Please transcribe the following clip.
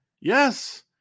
Yes